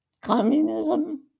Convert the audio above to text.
communism